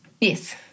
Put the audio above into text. Yes